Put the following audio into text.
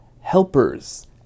helpers